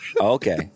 Okay